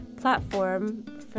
platform